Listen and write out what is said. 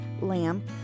lamb